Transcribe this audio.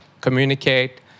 communicate